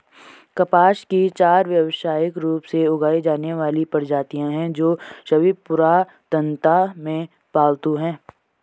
कपास की चार व्यावसायिक रूप से उगाई जाने वाली प्रजातियां हैं, जो सभी पुरातनता में पालतू हैं